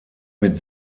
mit